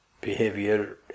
behavior